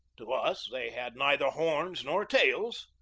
to us they had neither horns nor tails.